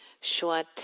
short